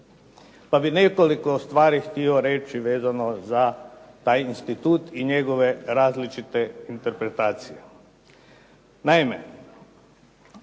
pa bih nekoliko stvari htio reći vezano za taj institut i njegove različite interpretacije. Naime,